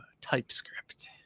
TypeScript